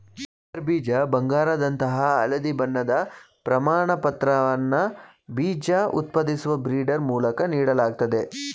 breeder ಬೀಜ ಬಂಗಾರದಂತಹ ಹಳದಿ ಬಣ್ಣದ ಪ್ರಮಾಣಪತ್ರವನ್ನ ಬೀಜ ಉತ್ಪಾದಿಸುವ ಬ್ರೀಡರ್ ಮೂಲಕ ನೀಡಲಾಗ್ತದೆ